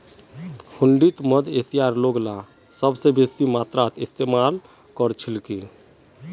हुंडीक मध्य एशियार लोगला सबस बेसी मात्रात इस्तमाल कर छिल की